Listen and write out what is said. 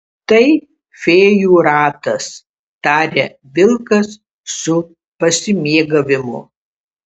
tai fėjų ratas taria vilkas su pasimėgavimu